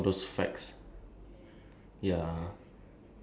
most interesting lah I like to I like to see on